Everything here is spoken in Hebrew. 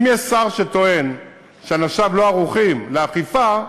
אם יש שר שטוען שאנשיו לא ערוכים לאכיפה,